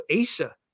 Asa